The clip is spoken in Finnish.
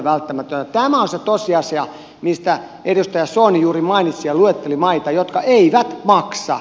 tämä on se tosiasia mistä edustaja soini juuri mainitsi ja luetteli maita jotka eivät maksa